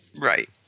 Right